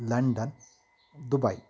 London Dubai